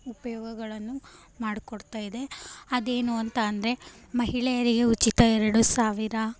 ಉಪಯೋಗಗಳನ್ನು ಮಾಡಿಕೊಡ್ತಾಯಿದೆ ಅದೇನು ಅಂತ ಅಂದರೆ ಮಹಿಳೆಯರಿಗೆ ಉಚಿತ ಎರಡು ಸಾವಿರ